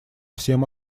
всем